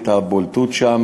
את הבולטות שם,